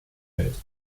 welt